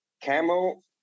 Camel